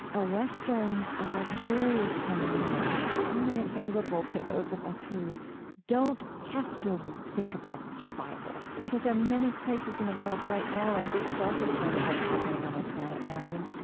a western a luxurious phenomenon that's only available to those of us who don't have to think about survival. because there are many places in the world right now, and this is also part of what's happening on our planet now, i mean,